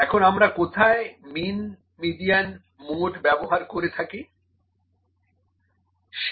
এখন আমরা কোথায় মিন মিডিয়ান মোড ব্যবহার করে থাকি